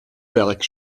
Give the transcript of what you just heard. berg